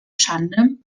schande